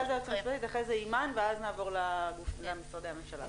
לאחר מכן --- אחרי זה אימאן ואז נעבור למשרדי הממשלה.